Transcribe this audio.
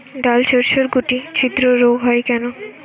ডালশস্যর শুটি ছিদ্র রোগ হয় কেন?